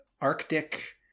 Arctic